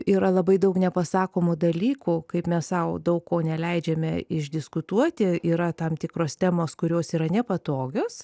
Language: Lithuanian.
yra labai daug nepasakomų dalykų kaip mes sau daug ko neleidžiame išdiskutuoti yra tam tikros temos kurios yra nepatogios